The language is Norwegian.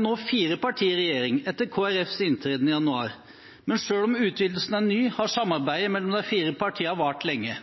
nå fire partier i regjering, etter Kristelig Folkepartis inntreden i januar. Men selv om utvidelsen er ny, har samarbeidet mellom de fire partiene vart lenge.